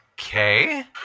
Okay